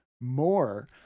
more